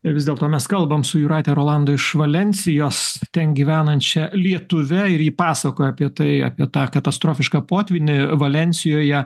ir vis dėl to mes kalbam su jūrate rolando iš valensijos ten gyvenančia lietuve ir ji pasakoja apie tai apie tą katastrofišką potvynį valensijoje